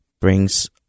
brings